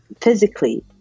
physically